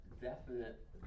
definite